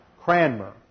Cranmer